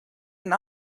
and